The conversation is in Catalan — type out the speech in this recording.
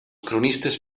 cronistes